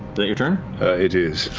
that your turn it is.